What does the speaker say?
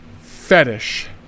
fetish